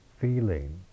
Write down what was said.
feeling